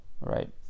Right